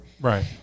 Right